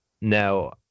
Now